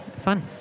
fun